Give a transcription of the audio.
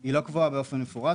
היא לא קבועה באופן מפורט.